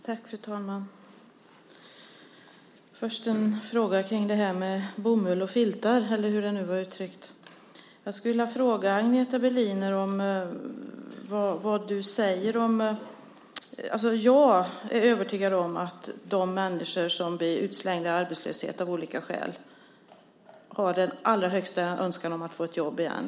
Fru talman! Först en fråga kring detta med bomull och filtar, eller hur det nu var uttryckt. Jag är övertygad om att de människor som av olika skäl blir utslängda i arbetslöshet har som allra högsta önskan att få ett jobb igen.